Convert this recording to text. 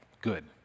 good